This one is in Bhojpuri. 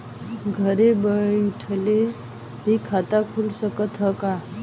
घरे बइठले भी खाता खुल सकत ह का?